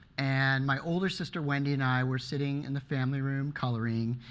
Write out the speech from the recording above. and my older sister wendy and i were sitting in the family room coloring,